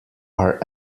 are